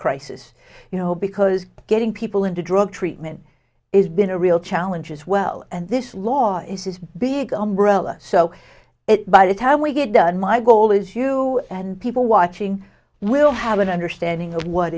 crisis you know because getting people into drug treatment is been a real challenge as well and this law is his big umbrella so it by the time we get done my goal is you and people watching will have an understanding of what